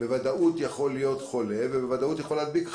בוודאות יכול להיות חולה ובוודאות יכול להדביק אחרים.